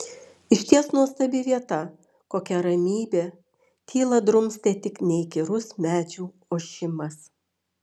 išties nuostabi vieta kokia ramybė tylą drumstė tik neįkyrus medžių ošimas